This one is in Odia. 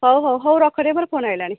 ହଉ ହଉ ହଉ ରଖରେ ମୋର ଫୋନ୍ ଆସିଲାଣି